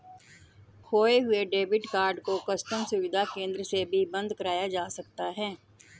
खोये हुए debit card को कस्टम सुविधा केंद्र से भी बंद कराया जा सकता है